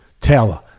Taylor